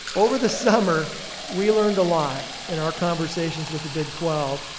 over the summer we learned a lot in our conversations with the big twelve,